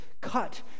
cut